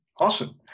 Awesome